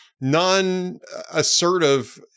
non-assertive